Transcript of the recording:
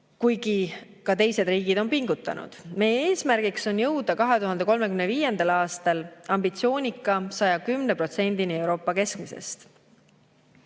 kuigi ka teised riigid on pingutanud. Meie eesmärk on jõuda 2035. aastal ambitsioonika 110%-ni Euroopa keskmisest.